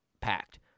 packed